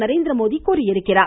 நரேந்திரமோடி தெரிவித்துள்ளார்